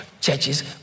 churches